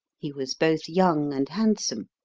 he was both young and handsome.